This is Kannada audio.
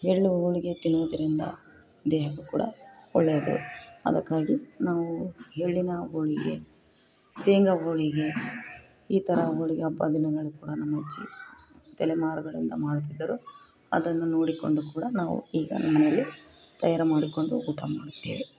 ಎಳ್ಳು ಹೋಳ್ಗೆ ತಿನ್ನೋದ್ರಿಂದ ದೇಹಕ್ಕು ಕೂಡ ಒಳ್ಳೆಯದು ಅದಕ್ಕಾಗಿ ನಾವು ಎಳ್ಳಿನ ಹೋಳಿಗೆ ಶೇಂಗಾ ಹೋಳಿಗೆ ಈ ಥರ ಹೋಳಿಗೆ ಹಬ್ಬ ದಿನಗಳು ಕೂಡ ನಮ್ಮ ಅಜ್ಜಿ ತಲೆಮಾರುಗಳಿಂದ ಮಾಡುತ್ತಿದ್ದರು ಅದನ್ನು ನೋಡಿಕೊಂಡು ಕೂಡ ನಾವು ಈಗ ನಮ್ಮಮನೆಯಲ್ಲಿ ತಯಾರು ಮಾಡಿಕೊಂಡು ಊಟ ಮಾಡುತ್ತೇವೆ